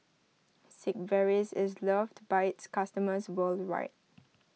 Sigvaris is loved by its customers worldwide